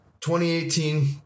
2018